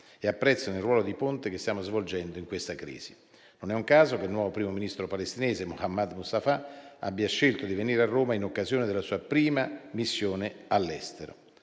ed apprezzano il ruolo di ponte che stiamo svolgendo in questa crisi. Non è un caso che il nuovo primo ministro palestinese Mohammad Mustafa abbia scelto di venire a Roma in occasione della sua prima missione all'estero.